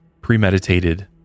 premeditated